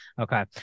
Okay